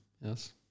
yes